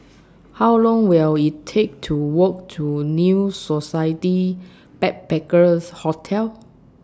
How Long Will IT Take to Walk to New Society Backpackers' Hotel